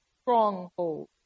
stronghold